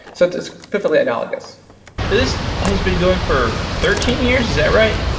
so it's it's perfectly analogous. so this has been going for thirteen years. is that right?